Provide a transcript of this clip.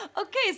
Okay